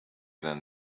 than